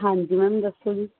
ਹਾਂਜੀ ਮੈਮ ਦੱਸੋ ਜੀ